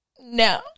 no